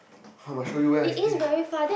I got show you where's there